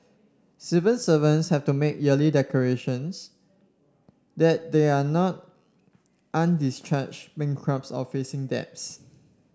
civil servants have to make yearly declarations that they are not undischarged bankrupts or facing debts